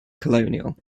colonial